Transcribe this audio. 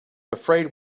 afraid